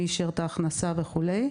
מי אישר את ההכנסה וכדומה.